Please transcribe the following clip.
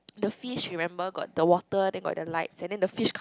the fish remember got the water then got the light and then the fish come